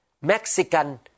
Mexican